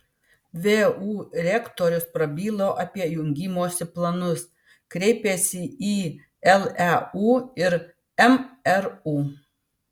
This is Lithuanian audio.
vu rektorius prabilo apie jungimosi planus kreipėsi į leu ir mru